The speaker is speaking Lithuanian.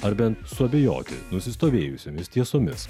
ar bent suabejoti nusistovėjusiomis tiesomis